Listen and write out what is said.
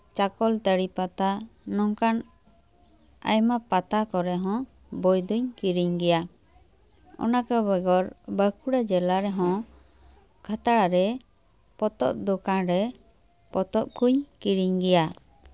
ᱪᱟᱠᱚᱞᱛᱟᱹᱲᱤ ᱯᱟᱛᱟ ᱱᱚᱝᱠᱟᱱ ᱟᱭᱢᱟ ᱯᱟᱛᱟ ᱠᱚᱨᱮ ᱦᱚᱸ ᱵᱳᱭ ᱫᱩᱧ ᱠᱤᱨᱤᱧ ᱜᱮᱭᱟ ᱚᱱᱟ ᱠᱚ ᱵᱮᱜᱚᱨ ᱵᱟᱸᱠᱩᱲᱟ ᱡᱮᱞᱟ ᱨᱮᱦᱚᱸ ᱠᱷᱟᱛᱲᱟ ᱨᱮ ᱯᱚᱛᱚᱵᱽ ᱫᱚᱠᱟᱱ ᱨᱮ ᱯᱚᱛᱚᱵᱽ ᱠᱩᱧ ᱠᱤᱨᱤᱧ ᱜᱮᱭᱟ